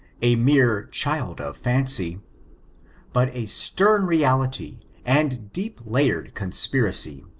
a mere child of fancy but a stem reality, and deep layed conspiracy,